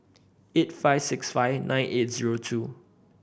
eight five six five nine eight zero two